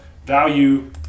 value